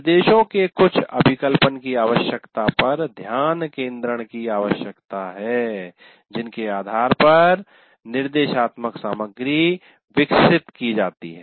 निर्देशो के कुछ अभिकल्पन की आवश्यकता पर ध्यान केन्द्रण की आवश्यकता है जिनके आधार पर निर्देशात्मक सामग्री विकसित की जाती है